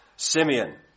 Simeon